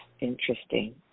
Interesting